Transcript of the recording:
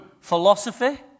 philosophy